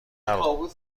نرو